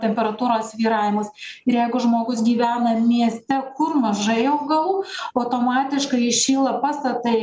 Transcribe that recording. temperatūros svyravimus ir jeigu žmogus gyvena mieste kur mažai augalų automatiškai įšyla pastatai